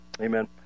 amen